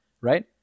right